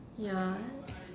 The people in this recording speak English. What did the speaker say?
ya